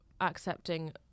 Accepting